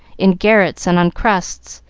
in garrets and on crusts.